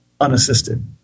unassisted